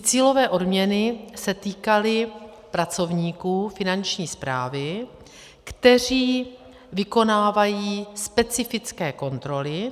Cílové odměny se týkaly pracovníků Finanční správy, kteří vykonávají specifické kontroly.